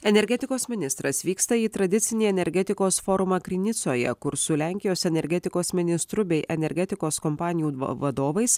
energetikos ministras vyksta į tradicinį energetikos forumą kri nicoje kur su lenkijos energetikos ministru bei energetikos kompanijų va vadovais